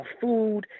food